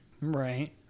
Right